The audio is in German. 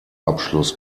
abschluss